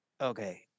Okay